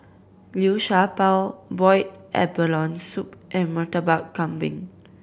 Liu Sha Bao boiled abalone soup and Murtabak Kambing